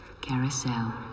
Carousel